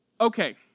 Okay